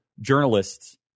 journalists